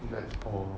that's all